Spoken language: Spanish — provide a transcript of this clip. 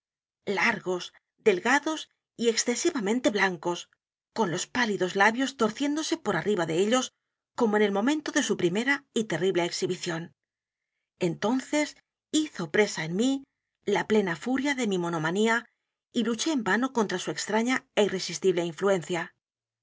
largos delgados y excesivamente blancos con los pálidos labios torciéndose por arriba de ellos como en el momento de su primera y terrible exhibición entonces hizo presa en mí edgar poe novelas y cuentos la plena furia de mimonomam'a y luché en vano contra su extrañaéirresistible influencia